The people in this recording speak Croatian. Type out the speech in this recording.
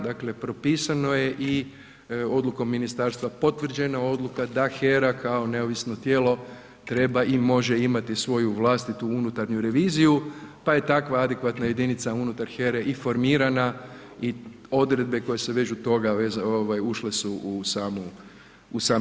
Dakle, propisano je i odlukom ministarstva potvrđena odluka da HERA kao neovisno tijelo treba i može imati svoju vlastitu unutarnju reviziju, pa je takva adekvatna jedinica unutar HERE i formirana i odredbe koje se vežu toga ušle su u sam